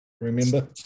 remember